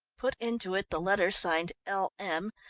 put into it the letter signed l. m,